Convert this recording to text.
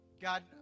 God